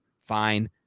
fine